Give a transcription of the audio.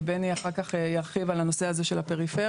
ובני אחר כך ירחיב על הנושא הזה של הפריפריה.